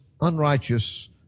unrighteous